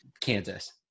Kansas